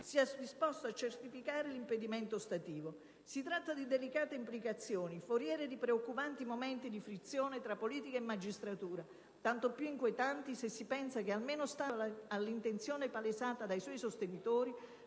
sia disposto a certificare l'impedimento ostativo. Si tratta di delicate implicazioni, foriere di preoccupanti momenti di frizione tra politica e magistratura, tanto più inquietanti se si pensa che - almeno stando all'intenzione palesata dai suoi sostenitori